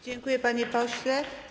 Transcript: Dziękuję, panie pośle.